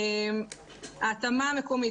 ההתאמה המקומית,